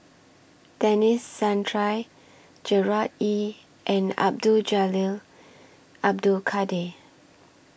Denis Santry Gerard Ee and Abdul Jalil Abdul Kadir